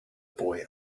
boy